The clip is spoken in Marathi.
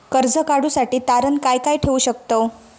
कर्ज काढूसाठी तारण काय काय ठेवू शकतव?